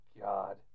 God